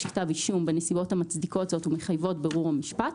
כתב אישום בנסיבות המצדיקות זאת והמחייבות בירור המשפט.